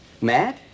Mad